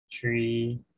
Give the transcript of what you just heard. three